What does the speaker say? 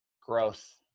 growth